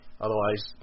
Otherwise